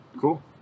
cool